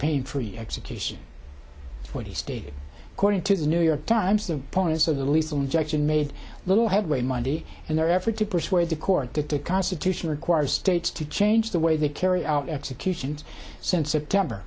pain free execution when he stated according to the new york times the opponents of the lethal injection made little headway monday in their effort to persuade the court that the constitution requires states to change the way they carry out executions since september